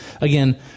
Again